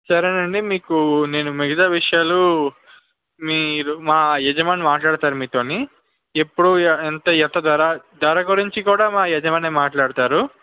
సరే అండి మీకు నేను మిగతా విషయాలు మీరు మా యజమాని మాట్లాడుతారు మీతో ఎప్పుడు ఎ ఎంత ఎంత ధర ధర గురించి కూడా మా యజమానే మాట్లాడుతారు